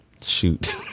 shoot